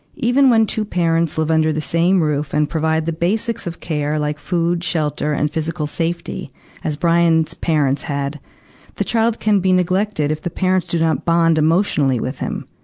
even when two parents live under the same roof and provide the basics of care, like food, shelter, and physical safety as brian's parents had the child can be neglected if the parents did not bond emotionally with him.